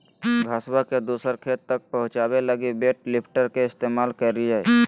घसबा के दूसर खेत तक पहुंचाबे लगी वेट लिफ्टर के इस्तेमाल करलियै